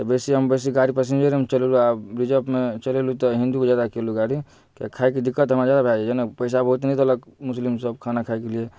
तऽ बेसी हम बेसी गाड़ी पसिंजरमे चलेलहुॅं आ रिजर्वमे चलेलहुॅं तऽ हिन्दूके जादा केलहुॅं गाड़ी किएकि खायके दिक्कत हमरा जादा भऽ जाइया ने पैसा बहुत नहि देलक मुस्लिम सब खाना खायके लेल